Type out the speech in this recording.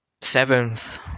seventh